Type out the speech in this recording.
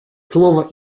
слово